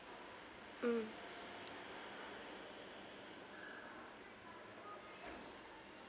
mm